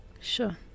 sure